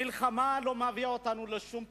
המלחמה לא מביאה אותנו לשום פתרון.